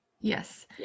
Yes